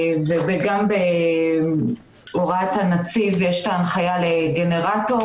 וגם בהוראת הנציב יש הנחיה לגנרטור